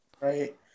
right